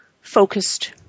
focused